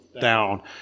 down